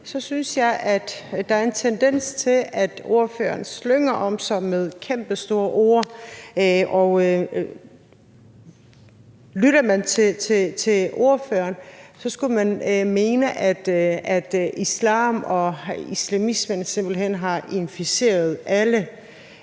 sammenhænge, at der er en tendens til, at ordføreren slynger om sig med kæmpestore ord. Og lytter man til ordføreren, skulle man mene, at islam og islamismen simpelt hen har inficeret hele